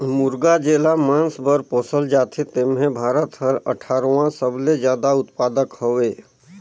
मुरगा जेला मांस बर पोसल जाथे तेम्हे भारत हर अठारहवां सबले जादा उत्पादक हवे